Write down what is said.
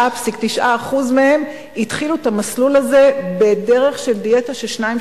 99.9% מהן התחילו את המסלול הזה בדרך של דיאטה של 2,